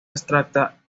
abstracta